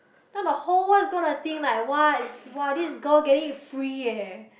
now the whole world's gonna think like [wah] this girl getting it free eh